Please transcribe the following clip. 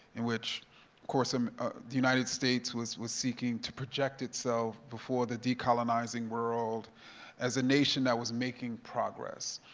in which, of course, um ah the united states was was seeking to project itself before the decolonizing world as a nation that was making progress.